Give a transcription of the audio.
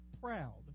proud